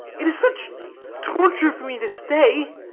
it is such torture for me to stay.